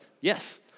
yes